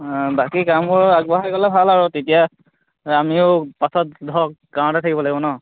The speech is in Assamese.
বাকী কামবোৰ আগবঢ়াই গ'লে ভাল আৰু তেতিয়া আমিও পাছত ধৰক গাঁৱতে থাকিব লাগিব ন